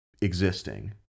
existing